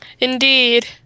Indeed